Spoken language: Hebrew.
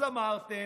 אז אמרתם,